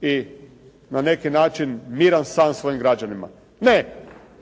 i na neki način miran san svojim građanima. Ne,